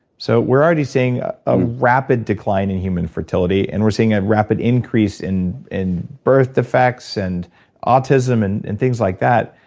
so we're already seeing a rapid decline in human fertility, and we're seeing a rapid increase in in birth defects and autism and and things like that,